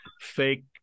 fake